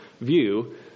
view